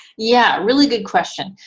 yeah, really good question.